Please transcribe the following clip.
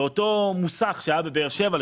באותו מוסך שהיה בבאר שבע,